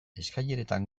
eskaileretan